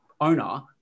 owner